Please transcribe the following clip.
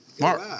Mark